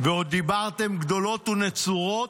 ועוד דיברתם גדולות ונצורות.